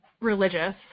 religious